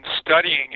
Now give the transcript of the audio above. studying